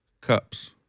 Cups